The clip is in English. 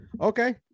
Okay